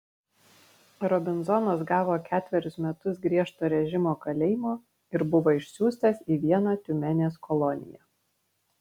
robinzonas gavo ketverius metus griežto režimo kalėjimo ir buvo išsiųstas į vieną tiumenės koloniją